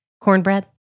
Cornbread